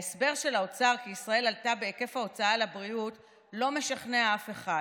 ההסבר של האוצר כי ישראל עלתה בהיקף ההוצאה על הבריאות לא משכנע אף אחד.